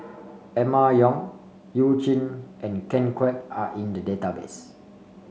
Emma Yong You Jin and Ken Kwek are in the database